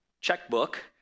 checkbook